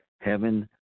Heaven